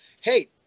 Hey